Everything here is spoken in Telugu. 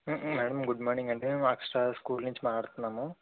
మేడం గుడ్ మార్నింగ్ అండి మేము అక్షర స్కూల్ నుంచి మాట్లాడుతున్నాము